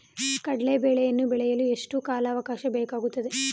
ಕಡ್ಲೆ ಬೇಳೆಯನ್ನು ಬೆಳೆಯಲು ಎಷ್ಟು ಕಾಲಾವಾಕಾಶ ಬೇಕಾಗುತ್ತದೆ?